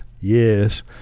yes